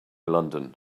london